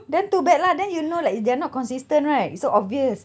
then too bad lah then you know like they are not consistent right so obvious